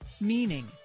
meaning